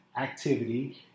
activity